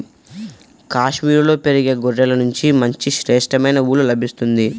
కాశ్మీరులో పెరిగే గొర్రెల నుంచి మంచి శ్రేష్టమైన ఊలు లభిస్తుంది